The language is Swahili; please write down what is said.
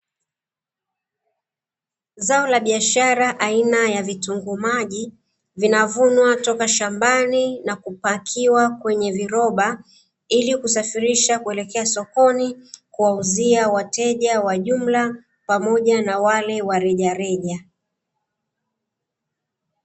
Zao la biashara aina ya vitunguu maji vinavunwa toka shambani na kupakiwa kwenye viroba, ili kusafirisha kuelekea sokoni kuwauzia wateja wa jumla pamoja na wale wa rejareja.